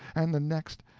and the next